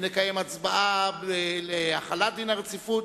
נקיים הצבעה על החלת דין הרציפות,